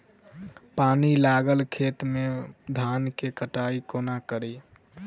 पानि लागल खेत मे धान केँ कटाई कोना कड़ी?